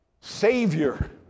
Savior